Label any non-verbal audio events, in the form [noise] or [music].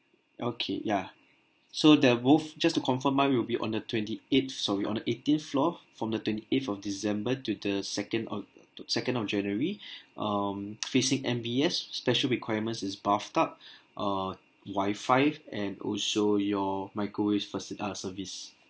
okay ya so they're both just to confirm ah it will be on the twenty eighth sorry on the eighteenth floor from the twenty eighth of december to the second o~ second of january [breath] um facing M_B_S special requirements is bathtub [breath] uh wifi and also your microwave faci~ uh service